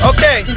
Okay